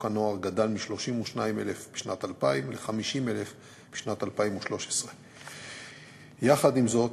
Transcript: הנוער גדל מ-32,000 בשנת 2000 ל-50,000 בשנת 2013. יחד עם זאת,